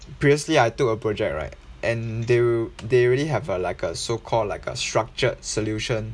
previously I took a project right and they they already have a like a so called like a structured solution